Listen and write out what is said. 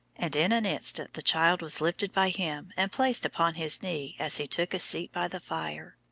and in an instant the child was lifted by him and placed upon his knee as he took a seat by the fire.